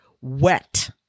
wet